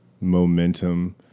momentum